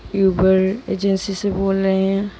उबर agency से बोल रहे हैं